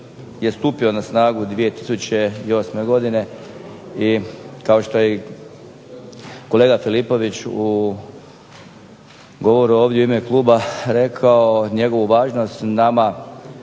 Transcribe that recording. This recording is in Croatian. je stupio na snagu 2008. godine i kao što je i kolega Filipović u govoru ovdje u ime kluba rekao njegovu važnost nama,